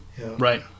Right